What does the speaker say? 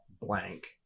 blank